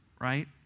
right